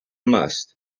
must